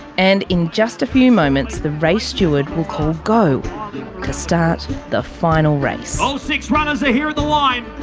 and in just a few moments, the race steward will call go to start the final race. all six runners are here at the line!